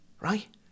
right